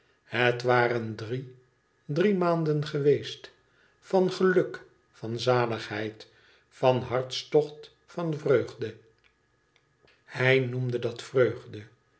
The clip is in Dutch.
het waren drie drie maanden geweest van geluk van zaligheid van hartstocht van vreugde hij noemde dat vreugde